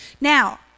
Now